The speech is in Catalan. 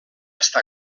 estar